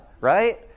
right